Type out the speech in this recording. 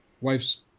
wife's